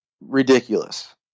ridiculous